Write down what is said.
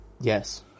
Yes